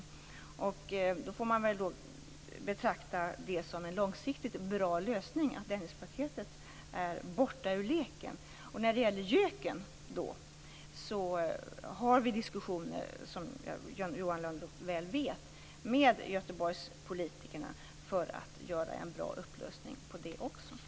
Att det är borta ur leken får man väl betrakta som en långsiktigt bra lösning. Och som Johan Lönnroth väl vet för vi diskussioner med Göteborgspolitikerna angående GÖK:en för att få till stånd en bra lösning även där.